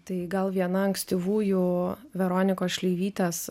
tai gal viena ankstyvųjų veronikos šleivytės